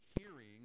hearing